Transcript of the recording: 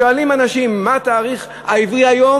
שואלים אנשים מה התאריך היום,